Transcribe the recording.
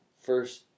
first